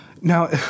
Now